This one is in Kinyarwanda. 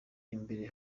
imbere